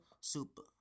Super